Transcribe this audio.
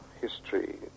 history